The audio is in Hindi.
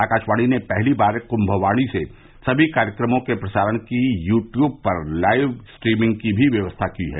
आकाशवाणी ने पहली बार कुम्मवाणी से सभी कार्यक्रमों के प्रसारण की यू ट्यूब पर लाइव स्ट्रीमिंग की भी व्यवस्था की है